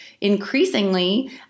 increasingly